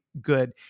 good